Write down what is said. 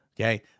okay